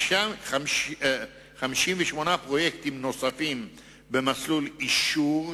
58 פרויקטים נוספים במסלול אישור,